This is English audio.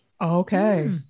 Okay